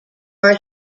are